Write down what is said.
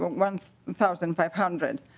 but one and thousand five hundred.